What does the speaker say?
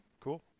cool